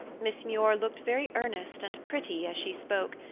miss muir looked very earnest and pretty as she spoke,